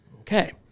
Okay